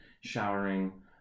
showering